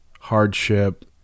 hardship